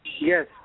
Yes